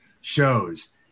shows